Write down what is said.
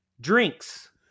Drinks